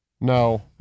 No